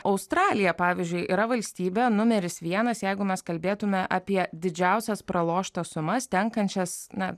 australija pavyzdžiui yra valstybė numeris vienas jeigu mes kalbėtume apie didžiausias praloštas sumas tenkančias na